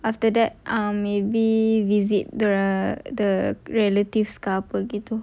after that um maybe visit the the relatives ke apa itu